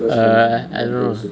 err I don't know